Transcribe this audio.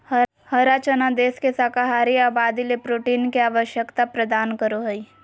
हरा चना देश के शाकाहारी आबादी ले प्रोटीन के आवश्यकता प्रदान करो हइ